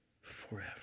forever